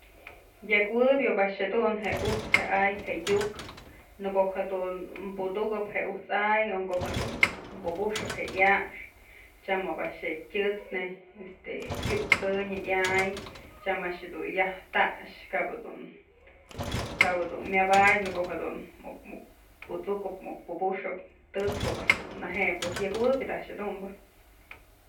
Yëkueb ob a'ax jedun je'e ujt's je'e a'ay je'e yuk, në ko'o jedun budukëp je'e ujt's a'ay o ko'o jedun buxëp je yax tyam ob a'ax je'e tyësnë este pyusënyë yay tyam a'ax jedun yaj tax kap jedun kap jedun myabadyë në ko'o jedun muk muk pusukëp muk pubuxëp tët's ob a'ax jedun neje'e pues yëkjuëb ob a'ax jedunbë.